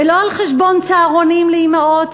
ולא על חשבון צהרונים לאימהות.